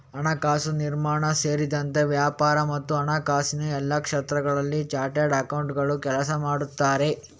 ಹಣಕಾಸು ನಿರ್ವಹಣೆ ಸೇರಿದಂತೆ ವ್ಯಾಪಾರ ಮತ್ತು ಹಣಕಾಸಿನ ಎಲ್ಲಾ ಕ್ಷೇತ್ರಗಳಲ್ಲಿ ಚಾರ್ಟರ್ಡ್ ಅಕೌಂಟೆಂಟುಗಳು ಕೆಲಸ ಮಾಡುತ್ತಾರೆ